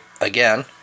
again